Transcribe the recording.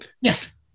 Yes